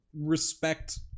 respect